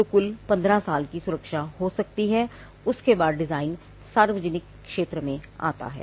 तो कुल 15 साल की सुरक्षा हो सकती है और उसके बाद डिजाइन सार्वजनिक क्षेत्र में आता है